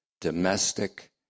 domestic